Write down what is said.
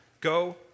Go